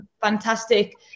fantastic